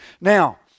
Now